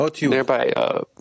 Thereby